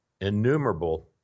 innumerable